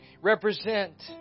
represent